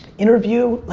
interview.